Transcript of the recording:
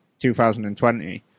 2020